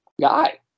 guy